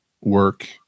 work